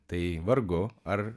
tai vargu ar